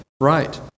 right